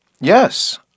Yes